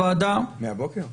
מהבוקר?